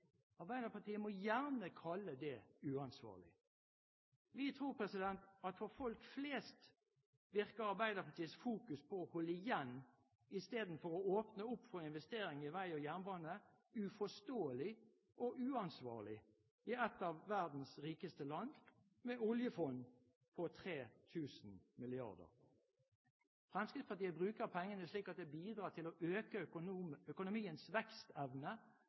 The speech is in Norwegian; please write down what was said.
Arbeiderpartiet må gjerne kalle det uansvarlig. Vi tror at for folk flest virker Arbeiderpartiets fokus på å holde igjen i stedet for å åpne opp for investering i vei og jernbane uforståelig og uansvarlig – i et av verdens rikeste land, med et oljefond på 3 000 mrd. kr. Fremskrittspartiet bruker pengene slik at det bidrar til å øke økonomiens vekstevne